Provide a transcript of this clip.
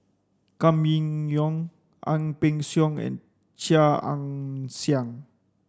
Gan Kim Yong Ang Peng Siong and Chia Ann Siang